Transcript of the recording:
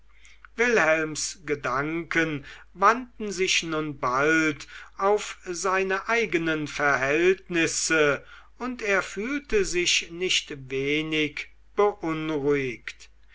wilhelms gedanken wandten sich nun bald auf seine eigenen verhältnisse und er fühlte sich nicht wenig beunruhigt